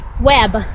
...web